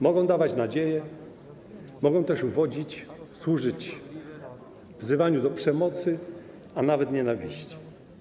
Mogą dawać nadzieję, mogą też uwodzić, służyć wzywaniu do przemocy, a nawet nienawiści.